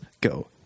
Go